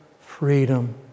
freedom